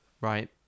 right